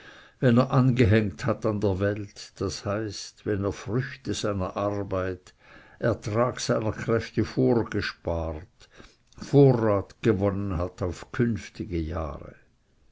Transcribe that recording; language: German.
wenn er angehängt hat an der welt das heißt wenn er früchte seiner arbeit ertrag seiner kräfte vorgespart vorrat gewonnen hat auf künftige jahre